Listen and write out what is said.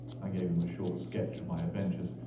i gave him a short sketch of my adventures,